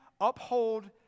uphold